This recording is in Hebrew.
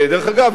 דרך אגב,